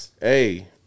hey